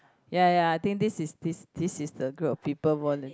ya ya ya I think this is this this is the group of people